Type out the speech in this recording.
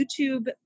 YouTube